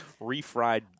Refried